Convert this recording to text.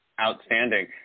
Outstanding